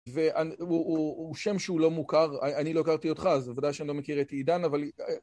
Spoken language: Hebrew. והוא שם שהוא לא מוכר, אני לא הכרתי אותך אז בוודאי שאני לא מכיר את עידן אבל